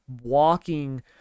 walking